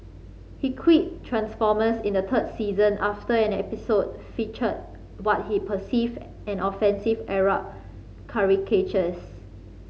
he quit Transformers in the third season after an episode featured what he perceived as offensive Arab caricatures